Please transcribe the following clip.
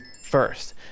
first